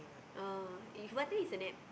oh what thing is the net